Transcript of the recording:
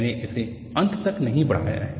मैंने इसे अंत तक नहीं बढ़ाया है